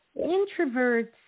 Introverts